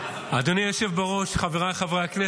מה יעשה ראש הממשלה?